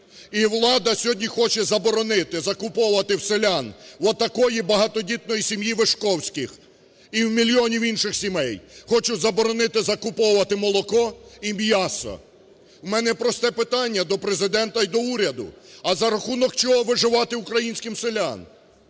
І влада сьогодні хоче заборонити закуповувати в селян, в отакої багатодітної сім'ї Вишковських і в мільйонів інших сімей, хоче заборонити закуповувати молоко і м'ясо. У мене просте питання до Президента і до уряду: а за рахунок чого виживати українським селянам,